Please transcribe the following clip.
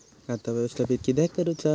खाता व्यवस्थापित किद्यक करुचा?